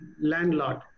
landlord